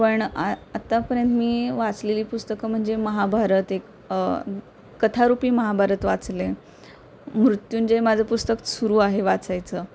पण आत्तापर्यंत मी वाचलेली पुस्तकं म्हणजे महाभारत एक कथारूपी महाभारत वाचले मृत्युंजे माझं पुस्तक सुरू आहे वाचायचं